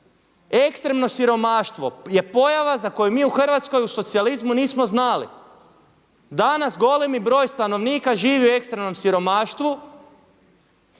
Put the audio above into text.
Ekstremno siromaštvo je pojava za koju mi u Hrvatskoj u socijalizmu nismo znali. Danas golemi broj stanovnika živi u ekstremnom siromaštvu.